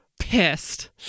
pissed